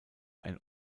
ein